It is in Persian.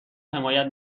حمایت